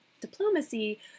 diplomacy